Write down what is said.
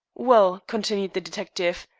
well, continued the detective,